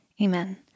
Amen